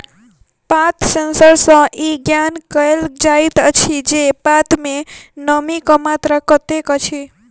पात सेंसर सॅ ई ज्ञात कयल जाइत अछि जे पात मे नमीक मात्रा कतेक अछि